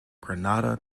granada